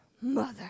mother